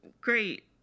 great